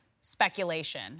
Speculation